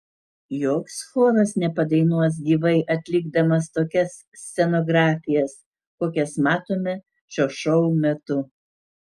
joks choras nepadainuos gyvai atlikdamas tokias scenografijas kokias matome šio šou metu